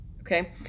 Okay